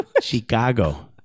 Chicago